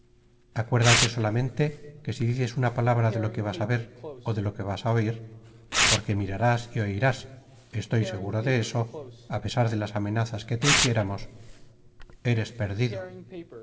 acuérdate solamente que si dices una palabra de lo que vas á ver ó de lo que vas á oir porque mirarás y oirás estoy seguro de éso á pesar de las amenazas que te hiciéramos erés pérfido